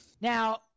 now